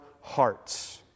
hearts